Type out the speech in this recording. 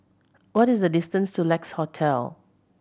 what is the distance to Lex Hotel